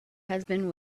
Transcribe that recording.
husband